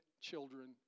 children